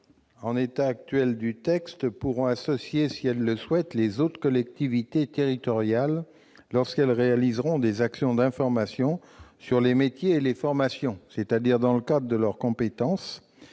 en l'état actuel du texte, pourront associer, si elles le souhaitent, les autres collectivités territoriales lorsqu'elles réaliseront des actions d'information sur les métiers et les formations, c'est-à-dire dans le cadre de leurs compétences.